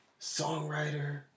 songwriter